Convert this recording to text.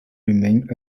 remained